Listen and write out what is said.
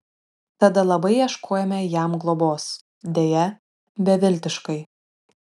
tada labai ieškojome jam globos deja beviltiškai